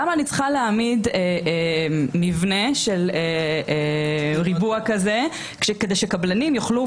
למה אני צריכה להעמיד מבנה של ריבוע כזה כדי שקבלנים יוכלו,